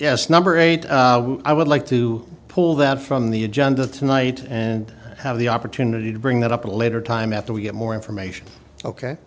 yes number eight i would like to pull that from the agenda tonight and have the opportunity to bring that up a later time after we get more information ok